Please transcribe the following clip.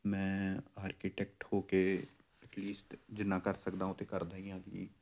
ਮੈਂ ਆਰਕੀਟੈਕਟ ਹੋ ਕੇ ਐਟਲੀਸਟ ਜਿੰਨਾ ਕਰ ਸਕਦਾ ਉਹ ਤਾਂ ਕਰਦਾ ਹੀ ਹਾਂ ਕਿ